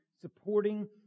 supporting